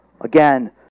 Again